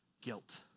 guilt